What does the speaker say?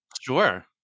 Sure